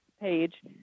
page